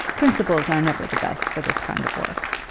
principals are never the best for this kind of work.